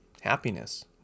happiness